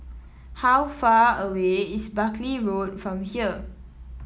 how far away is Buckley Road from here